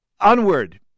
Onward